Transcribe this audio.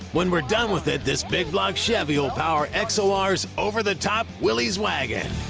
when we're done with it this big block chevy will power x-o-r's over the top willys wagon.